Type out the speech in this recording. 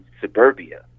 suburbia